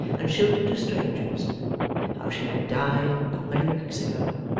and showed it to strangers how she had died not many weeks ago,